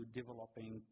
developing